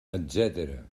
etcètera